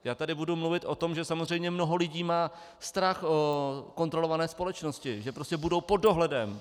Já tady budu mluvit o tom, že samozřejmě mnoho lidí má strach z kontrolované společnosti, že prostě budou pod dohledem.